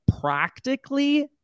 practically